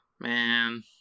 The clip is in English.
Man